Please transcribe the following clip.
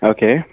Okay